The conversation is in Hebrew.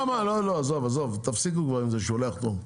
לא, עזוב, תפסיקו כבר עם זה שהוא לא יחתום,